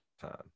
time